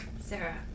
Sarah